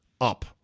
up